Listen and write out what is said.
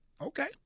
Okay